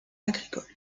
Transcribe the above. agricoles